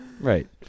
Right